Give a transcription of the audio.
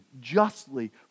justly